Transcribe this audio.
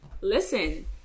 Listen